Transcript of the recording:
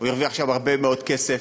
הוא הרוויח שם הרבה מאוד כסף,